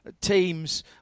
teams